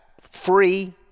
free –